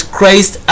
Christ